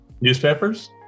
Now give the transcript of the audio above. Newspapers